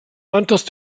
antes